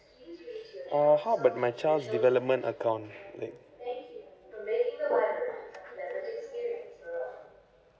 uh how about my child's development account right